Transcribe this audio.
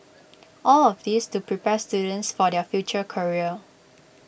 all of this to prepare students for their future career